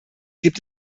gibt